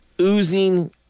oozing